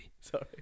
Sorry